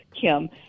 Kim